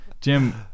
Jim